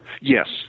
Yes